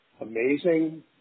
amazing